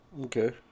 Okay